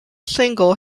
single